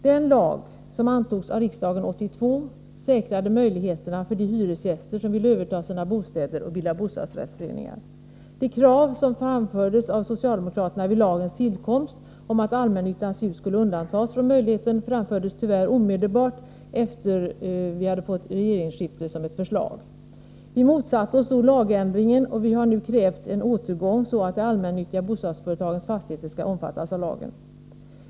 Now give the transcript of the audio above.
Den lag som antogs av riksdagen 1982 säkrade möjligheterna för de hyresgäster som ville överta sina bostäder och bilda bostadsrättsföreningar. De krav som framfördes av socialdemokraterna vid lagens tillkomst om att allmännyttans hus skulle undantas från möjligheten framfördes tyvärr som ett förslag omedelbart efter det att vi hade fått ett regeringsskifte. Vi motsatte oss då lagändringen, och vi har nu krävt en återgång så att de allmännyttiga bostadsföretagens fastigheter skall omfattas av lagen.